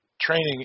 training